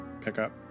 pickup